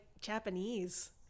Japanese